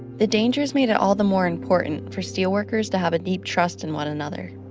the dangers made it all the more important for steel workers to have a deep trust in one another.